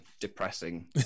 depressing